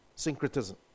Syncretism